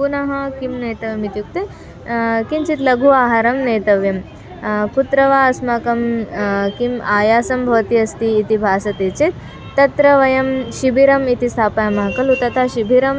पुनः किं नेतव्यम् इत्युक्ते किञ्चित् लघु आहारः नेतव्यः कुत्र वा अस्माकं किम् आयासः भवति अस्ति इति भासते चेत् तत्र वयं शिबिरम् इति स्थापयामः खलु तथा शिबिरं